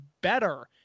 better